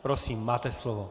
Prosím, máte slovo.